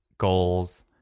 goals